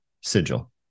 sigil